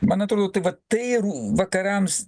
man atrodo tai va tai ir vakarams